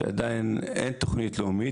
שעדיין אין תוכנית לאומית,